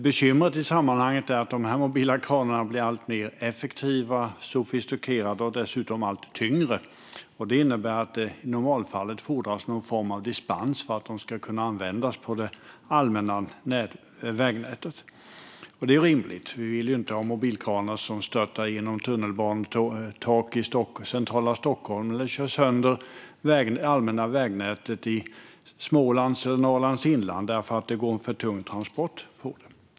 Bekymret i sammanhanget är att de mobila kranarna blir alltmer effektiva och sofistikerade och dessutom allt tyngre. Det innebär att det i normalfallet fordras någon form av dispens för att de ska kunna användas på det allmänna vägnätet. Det är rimligt, för vi vill inte ha mobilkranar som störtar genom taket på tunnelbanetåg i centrala Stockholm eller kör sönder det allmänna vägnätet i Smålands eller Norrlands inland för att det går en alltför tung transport på det.